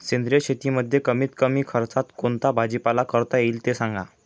सेंद्रिय शेतीमध्ये कमीत कमी खर्चात कोणता भाजीपाला करता येईल ते सांगा